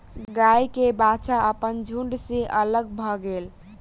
गाय के बाछा अपन झुण्ड सॅ अलग भअ गेल